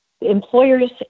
employers